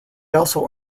also